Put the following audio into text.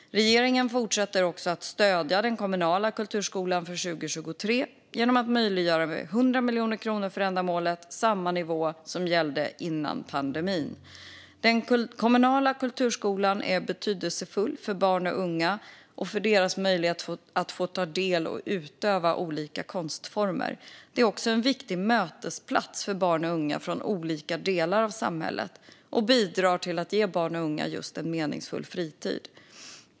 Regeringen fortsätter också att stödja den kommunala kulturskolan för 2023 genom att möjliggöra 100 miljoner kronor för ändamålet - samma nivå som gällde före pandemin. Den kommunala kulturskolan är betydelsefull för barns och ungas möjlighet att ta del av och utöva olika konstformer. Den är också en viktig mötesplats för barn och unga från olika delar av samhället, och den bidrar till att ge barn och unga en meningsfull fritid.